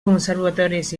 conservatoris